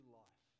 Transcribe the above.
life